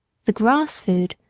the grass food,